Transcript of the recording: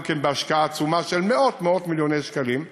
גם כן בהשקעה עצומה של מאות-מיליוני שקלים,